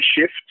shift